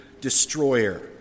destroyer